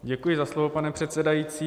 Děkuji za slovo, pane předsedající.